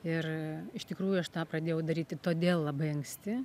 ir iš tikrųjų aš tą pradėjau daryti todėl labai anksti